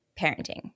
parenting